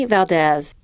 Valdez